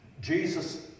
Jesus